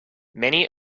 many